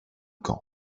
camp